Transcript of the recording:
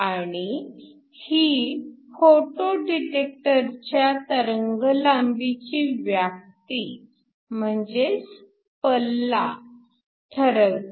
आणि ही फोटो डिटेक्टरच्या तरंगलांबीची व्याप्ती म्हणजेच पल्ला ठरवते